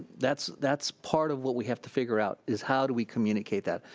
that's that's part of what we have to figure out, is how do we communicate that,